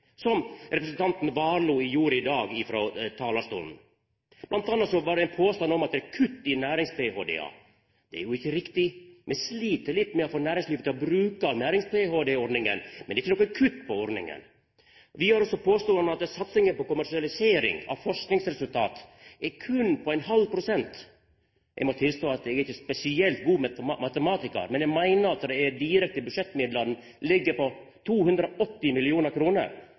som representanten Warloe gjorde i dag frå talarstolen. Blant anna var det ein påstand om at det er kutt i nærings-ph.d.-ordninga. Det er ikkje riktig. Me slit litt med å få næringslivet til å bruka nærings-ph.d.-ordninga, men det er ikkje noko kutt i ordninga. Vidare påstod han at satsinga på kommersialisering av forskingsresultat er berre på ½ pst. Eg må tilstå at eg er ikkje nokon spesielt god matematikar, men eg meiner at dei direkte budsjettmidlane ligg på 280